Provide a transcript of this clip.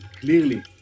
clearly